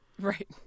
right